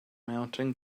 mountain